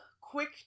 quick